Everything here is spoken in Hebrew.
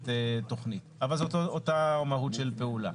תכנית אבל זאת אותה מהות של פעולה.